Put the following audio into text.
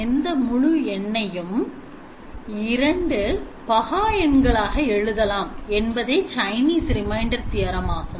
எந்த முழு என்னையும் 2 பகா எண்கள் ஆக எழுதலாம் என்பதே Chinese remainder theorem ஆகும்